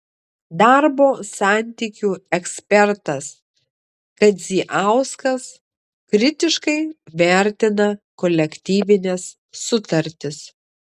darbo santykių ekspertas kadziauskas kritiškai vertina kolektyvines sutartis